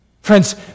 Friends